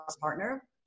partner